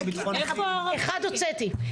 אחד הוצאתי.